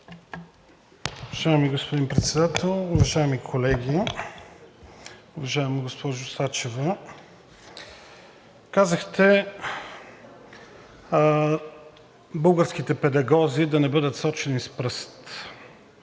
Уважаеми господин Председател, уважаеми колеги! Уважаема госпожо Сачева, казахте: българските педагози да не бъдат сочени с пръст.